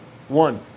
one